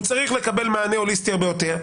הוא צריך לקבל מענה הוליסטי הרבה יותר.